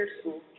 School